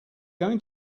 going